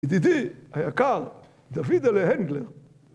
ידידי היקר, תביא את זה להנדלר.